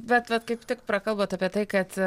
bet vat kaip tik prakalbot apie tai kad